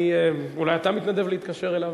אולי אתה מתנדב להתקשר אליו.